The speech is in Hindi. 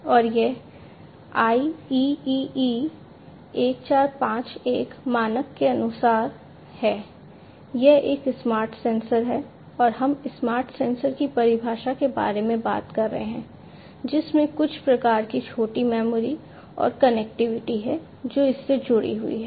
और यह IEEE 1451 मानक के अनुसार है यह एक स्मार्ट सेंसर है और हम स्मार्ट सेंसर की परिभाषा के बारे में बात कर रहे हैं जिसमें कुछ प्रकार की छोटी मेमोरी और कनेक्टिविटी है जो इससे जुड़ी हुई है